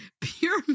pure